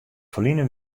ferline